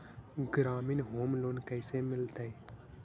ग्रामीण home loan कैसे मिलतै?